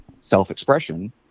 self-expression